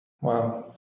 Wow